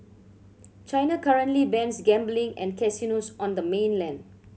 China currently bans gambling and casinos on the mainland